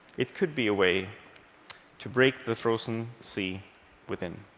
it could be a way to break the frozen sea within.